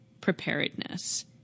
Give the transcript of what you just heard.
preparedness